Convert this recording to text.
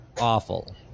awful